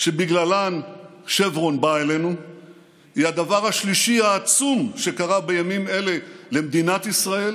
ששברון באה אלינו היא הדבר השלישי העצום שקרה בימים אלה למדינת ישראל